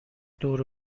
دور